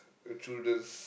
uh through the